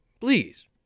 please